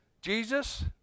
Jesus